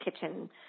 kitchen